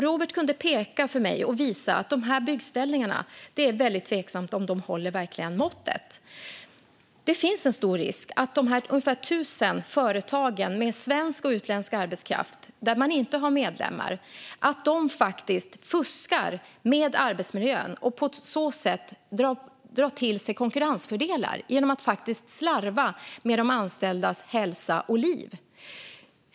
Robert kunde peka ut för mig och visa att det var väldigt tveksamt om byggställningarna där verkligen höll måttet. Det finns en stor risk att de ungefär 1 000 företag med svensk och utländsk arbetskraft där man inte har medlemmar fuskar med arbetsmiljön och på så sätt drar till sig konkurrensfördelar genom att slarva med de anställdas hälsa och liv.